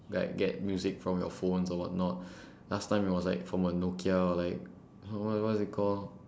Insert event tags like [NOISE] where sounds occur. like get music from your phones or whatnot [BREATH] last time it was from a nokia or like what what what was it called